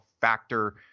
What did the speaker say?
factor